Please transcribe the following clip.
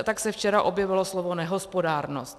Tak se včera objevilo slovo nehospodárnost.